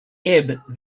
ebb